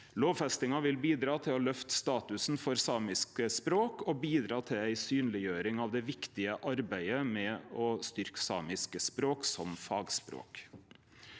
Lovfestinga vil bidra til å løfte statusen for samiske språk og bidra til ei synleggjering av det viktige arbeidet med å styrkje samiske språk som fagspråk.